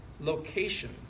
location